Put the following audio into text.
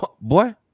Boy